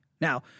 Now